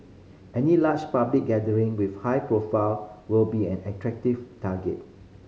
any large public gathering with high profile will be an attractive target